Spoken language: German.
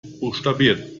buchstabiert